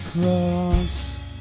cross